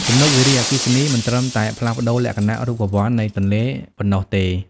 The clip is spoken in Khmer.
ទំនប់វារីអគ្គិសនីមិនត្រឹមតែផ្លាស់ប្តូរលក្ខណៈរូបវន្តនៃទន្លេប៉ុណ្ណោះទេ។